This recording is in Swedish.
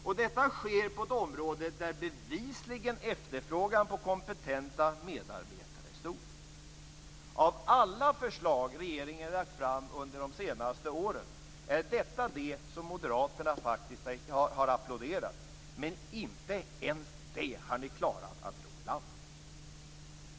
Och detta sker på ett område där efterfrågan på kompetenta medarbetare bevisligen är stor. Av alla förslag som regeringen har lagt fram under de senaste åren är detta det som Moderaterna faktiskt har applåderat. Men inte ens det har Socialdemokraterna klarat att ro i land.